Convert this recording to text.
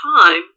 time